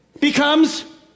becomes